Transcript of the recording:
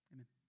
Amen